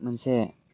मोनसे